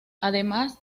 además